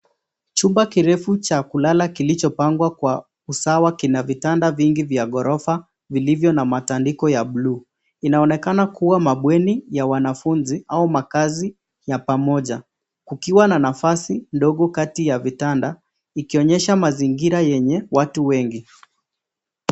Chupa kirefu cha kulala kilichopangwa kwa usawa kina vitanda vingi vya ghorofa vilivyo na matandiko ya bluu inaonekana kua mabweni ya wanafunzi au makazi ya pamoja kukiwa na nafasi ndogo kati ya vitanda ikionyesha mazingira yenye watu wengi.